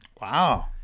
Wow